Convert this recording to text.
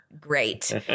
great